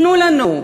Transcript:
תנו לנו,